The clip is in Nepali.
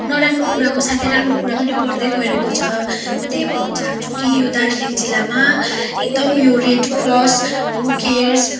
नराम्रो कुराको साथै राम्रो कुरा पनि बढ्दै गइरहेको छ म त्यही भन्न चाहन्छु कि यो दार्जिलिङ जिल्लामा एकदम यो रेड क्रस हु केयर्स